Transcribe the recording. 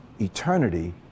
eternity